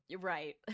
Right